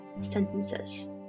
sentences